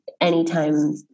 anytime